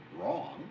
wrong